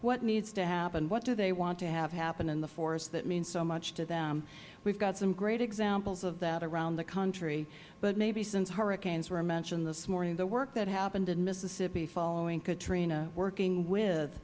what needs to happen what do they want to have happen in the forests that means so much to them we have got some great examples of that around the country but maybe since hurricanes were mentioned this morning the work that happened in mississippi following katrina working with